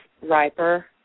riper